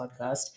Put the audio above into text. podcast